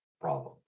problem